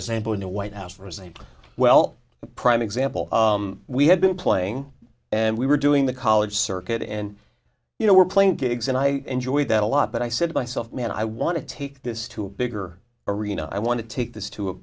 example in the white house was a well a prime example we had been playing and we were doing the college circuit and you know were playing gigs and i enjoyed that a lot but i said to myself man i want to take this to a bigger arena i want to take this to